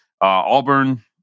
Auburn